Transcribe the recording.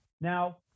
Now